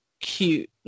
cute